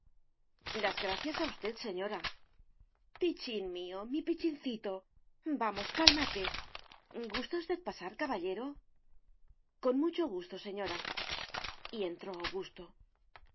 las gracias a usted señora pichín mío mi pichincito vamos cálmate gusta usted pasar caballero con mucho gusto señora y entró augusto